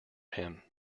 him